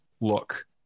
look